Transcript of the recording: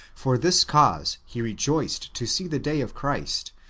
for this cause, he rejoiced to see the day of christ,